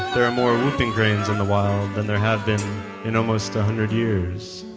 there are more whooping cranes in the wild than there have been in almost a hundred years